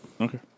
Okay